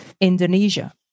Indonesia